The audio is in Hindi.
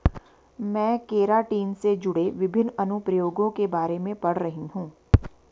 मैं केराटिन से जुड़े विभिन्न अनुप्रयोगों के बारे में पढ़ रही हूं